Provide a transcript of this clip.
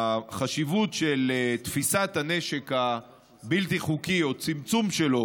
החשיבות של תפיסת הנשק הבלתי-חוקי או צמצום שלו